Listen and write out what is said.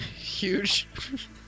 Huge